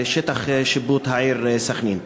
לשטח השיפוט של העיר סח'נין.